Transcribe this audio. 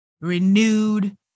renewed